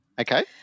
okay